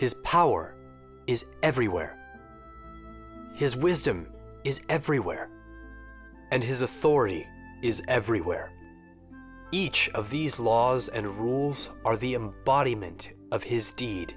his power is everywhere his wisdom is everywhere and his authority is everywhere each of these laws and rules are the embodiment of his deed